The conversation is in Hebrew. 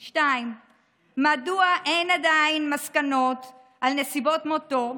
2. מדוע אין עדיין מסקנות על נסיבות מותו,